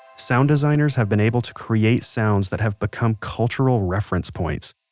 sound designer's have been able to create sounds that have become cultural reference points.